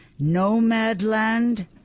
Nomadland